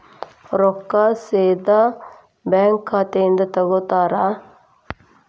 ರೊಕ್ಕಾ ಸೇದಾ ಬ್ಯಾಂಕ್ ಖಾತೆಯಿಂದ ತಗೋತಾರಾ?